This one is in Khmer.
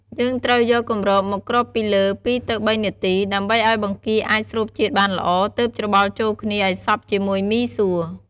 យើងត្រូវយកគម្របមកគ្របពីលើ ២ ទៅ៣នាទី ដើម្បីឲ្យបង្គាអាចស្រូបជាតិបានល្អ ទើបច្របល់ចូលគ្នាឱ្យសព្វជាមួយមីសួរ។